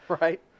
Right